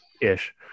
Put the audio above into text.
ish